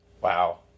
Wow